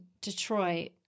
Detroit